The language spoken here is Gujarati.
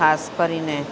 ખાસ કરીને